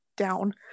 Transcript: down